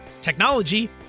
technology